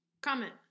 Comment